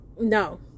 no